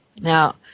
Now